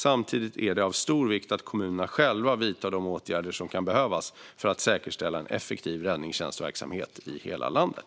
Samtidigt är det av stor vikt att kommunerna själva vidtar de åtgärder som kan behövas för att säkerställa en effektiv räddningstjänstverksamhet i hela landet.